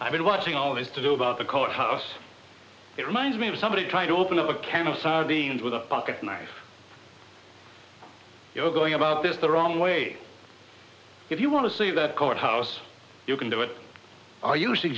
i've been watching all this to do about the colored house it reminds me of somebody trying to open up a can of sardines with a pocket knife you're going about this the wrong way if you want to see that courthouse you can do it are you